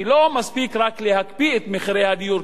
כי לא מספיק רק להקפיא את מחירי הדיור,